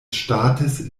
staates